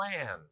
plan